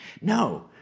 No